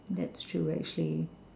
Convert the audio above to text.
that's true actually